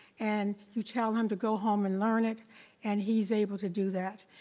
and you tell him to go home and learn it and he's able to do that.